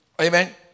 Amen